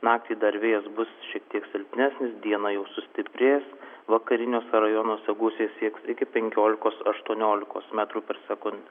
naktį dar vėjas bus šiek tiek silpnesnis dieną jau sustiprės vakariniuose rajonuose gūsiai sieks iki penkiolikos aštuoniolikos metrų per sekundę